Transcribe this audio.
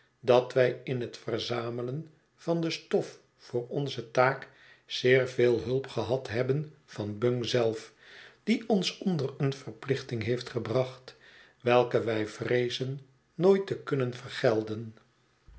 dat wij in het verzamelen van de stof voor onze taak zeer veel hulp gehad hebben van bung zelf die ons onder een verplichting heeft gebracht welke wij vreezen nooit te kunnen vergelden